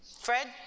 Fred